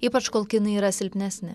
ypač kol kinai yra silpnesni